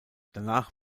danach